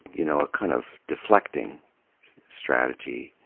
you know, a kind of deflecting strategy,